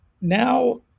now